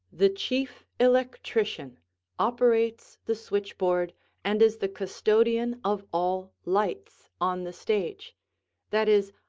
the chief electrician operates the switchboard and is the custodian of all lights on the stage that is,